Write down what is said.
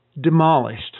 demolished